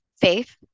faith